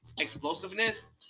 explosiveness